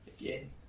again